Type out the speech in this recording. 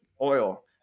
oil